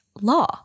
law